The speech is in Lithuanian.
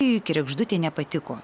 pijui kregždutė nepatiko